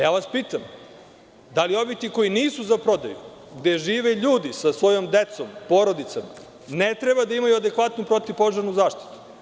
Ja vas pitam – da li objekti koji nisu za prodaju, gde žive ljudi sa svojom decom, porodicom, ne treba da imaju adekvatnu protivpožarnu zaštitu?